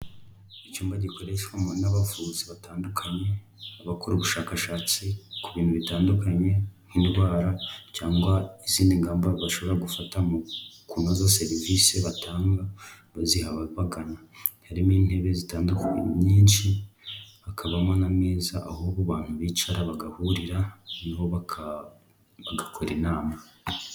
Icyuma gikoreshwamo n'abavuzi batandukanye, bakora ubushakashatsi ku bintu bitandukanye nk'indwara cyangwa izindi ngamba bashobora gufata mu kunoza serivisi batanga baziha ababagana. Harimo intebe zitandukanye nyinshi, hakabamo n'ameza aho abantu bicara bagahurira noneho bagakora inama.